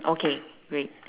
okay great